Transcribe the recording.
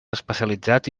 especialitzats